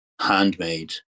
handmade